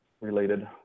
related